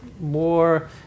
more